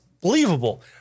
believable